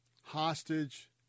hostage